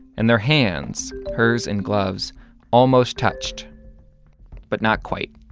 and their hands hers in gloves almost touched but not quite,